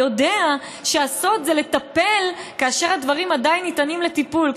יודע שהסוד זה לטפל כאשר הדברים עדיין ניתנים לטיפול.